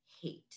hate